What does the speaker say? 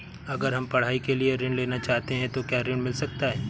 अगर हम पढ़ाई के लिए ऋण लेना चाहते हैं तो क्या ऋण मिल सकता है?